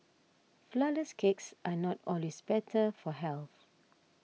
Flourless Cakes are not always better for health